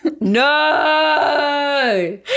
No